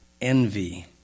envy